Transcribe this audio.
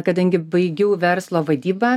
kadangi baigiau verslo vadybą